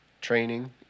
training